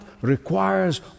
requires